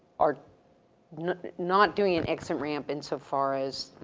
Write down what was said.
are not, not doing an exit ramp in so far as,